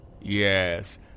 Yes